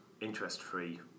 interest-free